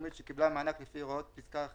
מקומית שקיבלה מענק לפי הוראות פסקה (1)